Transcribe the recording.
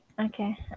Okay